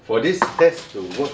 for this test to work